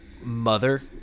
mother